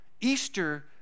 Easter